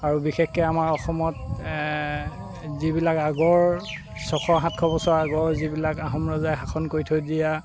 আৰু বিশেষকৈ আমাৰ অসমত যিবিলাক আগৰ ছয়শ সাতশ বছৰ আগৰ যিবিলাক আহোম ৰজাই শাসন কৰি থৈ দিয়া